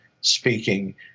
speaking